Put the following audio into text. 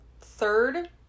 third